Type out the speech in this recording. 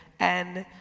and